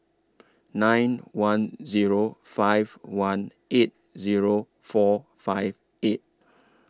nine one Zero five one eight Zero four five eight